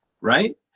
right